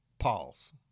Pause